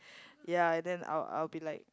ya and then I'll I will be like